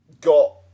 got